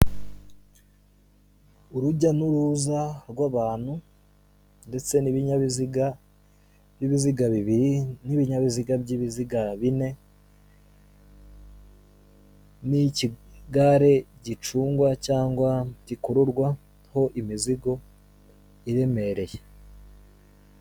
Urujya n'uruza rw'abantu ndetse n'ibinyabiziga by'ibiziga bibiri n'ibinyabiziga by'ibiziga bine n'ikigare gicungwa cyangwa gikururwaho imizigo iremereye.